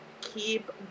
keep